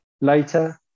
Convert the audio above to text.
later